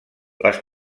les